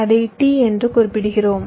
அதை T என்று குறிப்பிடுகிறோம்